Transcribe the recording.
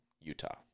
Utah